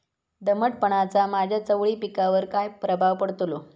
दमटपणाचा माझ्या चवळी पिकावर काय प्रभाव पडतलो?